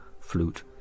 flute